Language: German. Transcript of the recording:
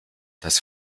das